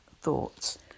thoughts